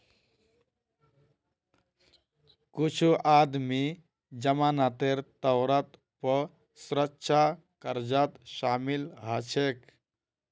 कुछू आदमी जमानतेर तौरत पौ सुरक्षा कर्जत शामिल हछेक